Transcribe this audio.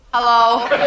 Hello